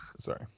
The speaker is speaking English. sorry